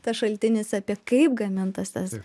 tas šaltinis apie kaip gamintas tas